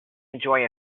enjoy